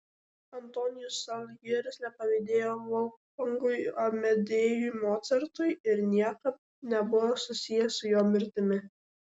antonijus saljeris nepavydėjo volfgangui amadėjui mocartui ir niekaip nebuvo susijęs su jo mirtimi